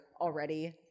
already –